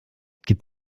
gibt